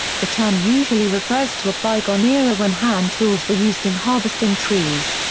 the term usually refers to a bygone era when hand tools were used in harvesting trees.